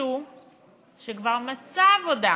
אדם עם מוגבלות שכבר מצא עבודה,